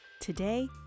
Today